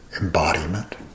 embodiment